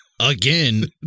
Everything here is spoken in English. Again